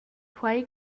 quei